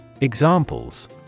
Examples